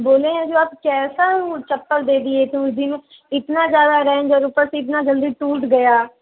बोले हैं जो आप कैसा वो चप्पल दे दिये थे उस दिन इतना ज़्यादा रैन्ज और ऊपर से इतना जल्दी टूट गया